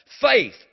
faith